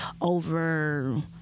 over